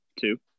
two